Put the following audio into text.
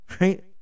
right